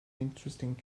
interesting